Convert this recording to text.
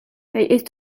kaj